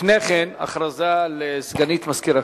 לפני כן הודעה לסגנית מזכיר הכנסת.